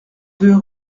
deux